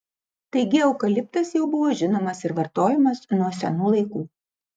taigi eukaliptas jau buvo žinomas ir vartojamas nuo senų laikų